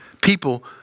people